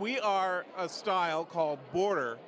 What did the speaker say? we are a style called border